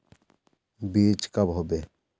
बीज कब होबे?